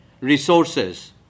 resources